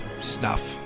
snuff